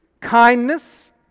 kindness